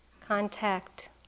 contact